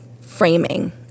framing